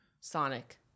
Sonic